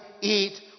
eat